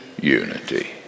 unity